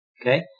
okay